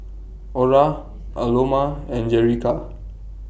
Orra Aloma and Jerica